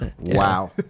Wow